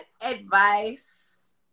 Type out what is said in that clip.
advice